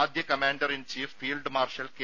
ആദ്യ commander in chief field marshal K